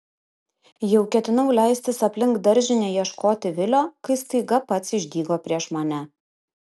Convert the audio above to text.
jau ketinau leistis aplink daržinę ieškoti vilio kai staiga pats išdygo prieš mane